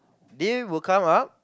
they will come up